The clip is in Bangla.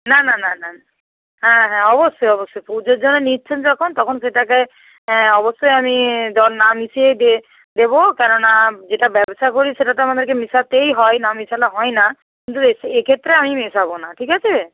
না না না না হ্যাঁ হ্যাঁ অবশ্যই অবশ্যই পুজোর জন্য নিশ্চিন্ত থাকুন তখন সেটাকে অবশ্যই আমি জল না মিশিয়েই দে দেবো কেননা যেটা ব্যবসা করি সেটা তো আমাদেরকে মেশাতেই হয় না মেশাতে হয় না কিন্তু এখে এক্ষেত্রে আমি মেশাবো না ঠিক আছে